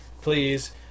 please